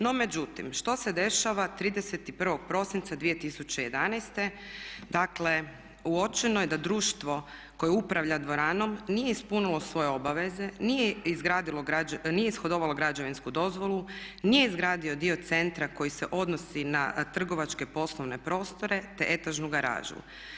No, međutim što se dešava 31. prosinca 2011., dakle uočeno je da društvo koje upravlja dvoranom nije ispunilo svoje obaveze, nije ishodovalo građevinsku dozvolu, nije izradio dio centra koji se odnosi na trgovačke poslovne prostore te etažnu garažu.